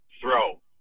throw